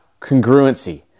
congruency